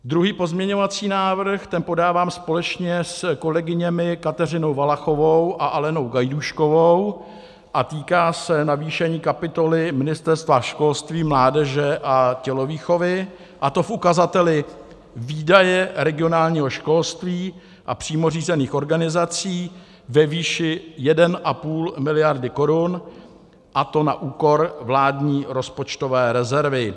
Druhý pozměňovací návrh, ten podávám společně s kolegyněmi Kateřinou Valachovou a Alenou Gajdůškovou a týká se navýšení kapitoly Ministerstva školství, mládeže a tělovýchovy, a to v ukazateli výdaje regionálního školství a přímo řízených organizací, ve výši 1,5 miliardy korun, a to na úkor vládní rozpočtové rezervy.